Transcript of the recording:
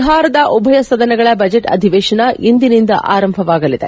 ಬಿಹಾರದ ಉಭಯ ಸದನಗಳ ಬಜೆಟ್ ಅಧಿವೇಶನ ಇಂದಿನಿಂದ ಆರಂಭವಾಗಲಿದೆ